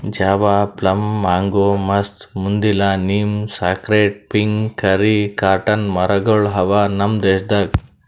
Java plum, mango, ಮಸ್ತ್, ಮುದಿಲ್ಲ, neem, sacred fig, curry, cotton ಮರ ಗೊಳ್ ಅವಾ ನಮ್ ದೇಶದಾಗ್